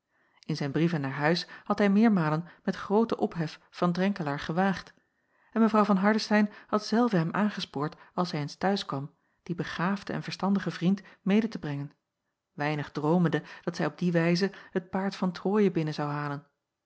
in zijn brieven naar huis had hij meermalen met grooten ophef van drenkelaer gewaagd en mevrouw van hardestein had zelve hem aangespoord als hij eens t'huis kwam dien begaafden en verstandigen vriend mede te brengen weinig droomende dat zij op die wijze het paard van troje binnen zou halen